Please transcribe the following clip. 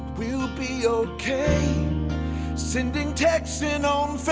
we'll we'll be ok sending texts and on